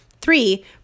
Three